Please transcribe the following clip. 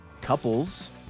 couples